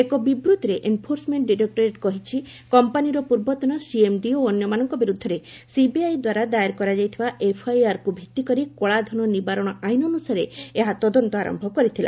ଏକ ବିବୃତ୍ତିରେ enforcement directorate କରିଛି କମ୍ପାନୀର ପୂର୍ବତନ ସିଏମ୍ଡି ଓ ଅନ୍ୟମାନଙ୍କ ବିରୁଦ୍ଧରେ ସିବିଆଇ ଦ୍ୱାରା ଦାଏର କରାଯାଇଥିବା ଏଫ୍ଆଇଆର୍କୁ ଭିତ୍ତି କରି କଳାଧନ ନିବାରଣ ଆଇନ୍ ଅନୁସାରେ ଏହା ତଦନ୍ତ ଆରମ୍ଭ କରିଥିଲା